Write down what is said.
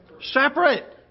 Separate